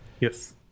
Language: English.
Yes